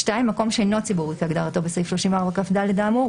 מקום שאינו ציבורי כהגדרתו בסעיף 34כד האמור,